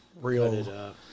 Real